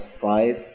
five